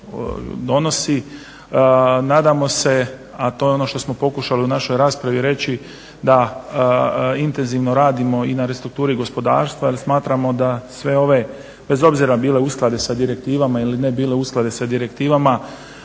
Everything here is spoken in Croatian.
zapravo donosi. Nadamo se, a to je ono što smo pokušali u našoj raspravi reći da intenzivno radimo i na restrukturi gospodarstva, jer smatramo da sve ove, bez obzira bile usklade sa direktivama ili ne bile usklade sa direktivama,